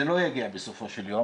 זה לא יגיע בסופו של דבר,